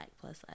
plus